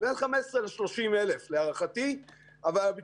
למשל כשמצוין פה ש-76% מאנשים עם מוגבלות